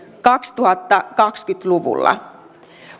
kaksituhattakaksikymmentä luvulla